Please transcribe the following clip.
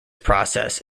process